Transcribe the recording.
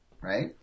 right